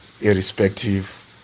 irrespective